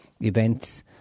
events